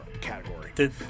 category